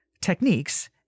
techniques